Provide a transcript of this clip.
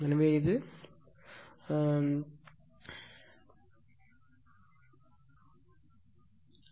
எனவே இது 600 வாட் ஆக மாறும்